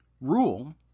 rule